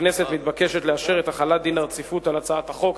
הכנסת מתבקשת לאשר את החלת דין הרציפות על הצעת החוק.